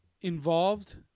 involved